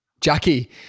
jackie